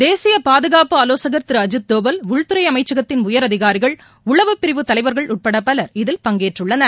தேசியபாதுகாப்பு ஆலோசகர் திருஅஜீத்தோவல் உள்துறைஅமைச்சகத்தின் உயரதிகாரிகள் உளவுப்பிரிவு தலைவர்கள் உட்படபலர் இதில் பங்கேற்றுள்ளனர்